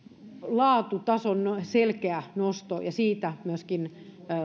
laatutason selkeä nosto ja siihen valiokunta myöskin